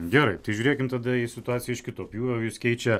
gerai tai žiūrėkim tada į situaciją iš kito pjūvio jus keičia